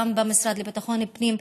גם במשרד לביטחון פנים.